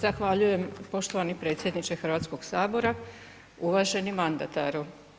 Zahvaljujem poštovani predsjedniče Hrvatskog sabora, uvaženi mandataru.